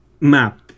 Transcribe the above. map